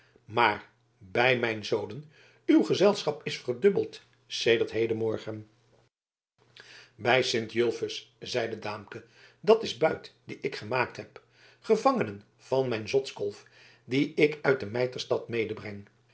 maar bij mijn zolen uw gezelschap is verdubbeld sedert hedenmorgen bij sint julfus zeide daamke dat is buit dien ik gemaakt heb gevangenen van mijn zotskolf die ik uit de mijterstad medebreng